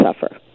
suffer